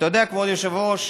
אתה יודע, כבוד היושב-ראש,